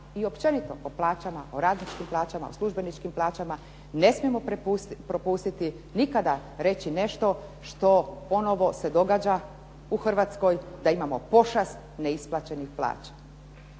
i općenito o plaćama o različitim plaćama, o službeničkim plaćama, ne smijemo propustiti nikada reći nešto što ponovno se događa u Hrvatskoj da imamo pošast neisplaćenih plaća.